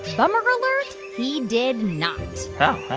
bummer alert he did not oh,